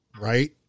right